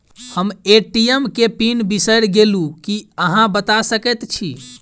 हम ए.टी.एम केँ पिन बिसईर गेलू की अहाँ बता सकैत छी?